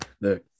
Look